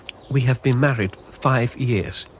we have been married five years.